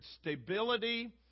stability